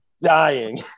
dying